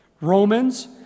Romans